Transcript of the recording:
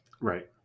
Right